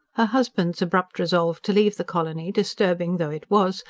her husband's abrupt resolve to leave the colony, disturbing though it was,